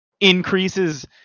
increases